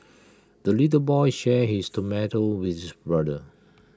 the little boy shared his tomato with his brother